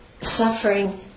suffering